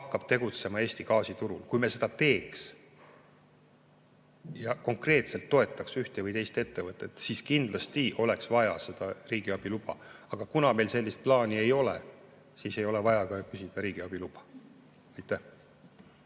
hakkab tegutsema Eesti gaasiturul. Kui me seda teeks ja konkreetselt toetaks ühte või teist ettevõtet, siis kindlasti oleks vaja riigiabi luba, aga kuna meil sellist plaani ei ole, siis ei ole riigiabi luba vaja